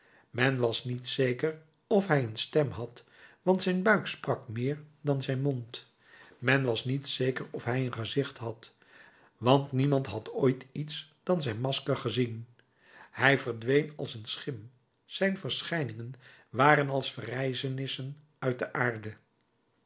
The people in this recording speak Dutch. men was niet zeker of hij een stem had want zijn buik sprak meer dan zijn mond men was niet zeker of hij een gezicht had want niemand had ooit iets dan zijn masker gezien hij verdween als een schim zijn verschijningen waren als verrijzenissen uit de aarde